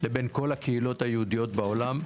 לבין כל הקהילות היהודיות בעולם.